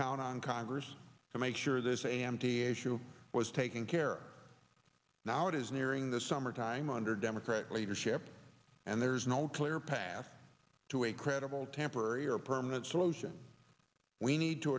count on congress to make sure this a m t issue was taken care now it is nearing the summer time under democrat leadership and there's no clear path to a credible temporary or permanent solution we need to